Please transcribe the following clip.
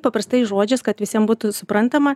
paprastais žodžiais kad visiem būtų suprantama